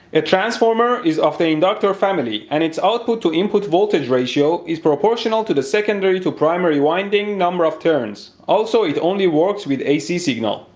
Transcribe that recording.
transformer is of the inductor family, and its output to input voltage ratio is proportional to the secondary to primary winding number of turns. also, it only works with ac signals.